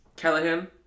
Callahan